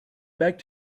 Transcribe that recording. back